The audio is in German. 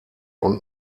und